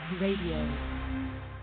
Radio